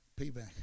payback